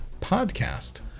podcast